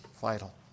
vital